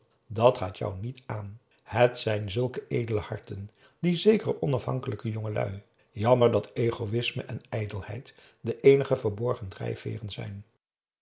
dat gaat jou niet aan het zijn zulke edele harten die zekere onafhankelijke jongelui jammer dat egoïsme en ijdelheid de eenige verborgen drijfveeren zijn